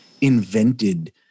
invented